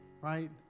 right